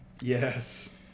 Yes